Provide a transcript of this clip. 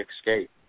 escape